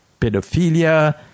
pedophilia